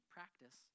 Practice